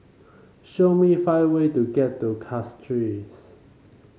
show me five way to get to Castries